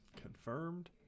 confirmed